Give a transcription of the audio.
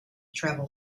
travel